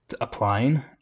applying